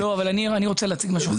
לא, אבל אני רוצה להציג משהו אחר.